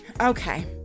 Okay